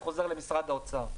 אני חוזר למשרד האוצר: